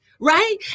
right